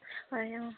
হয় অঁ